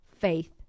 faith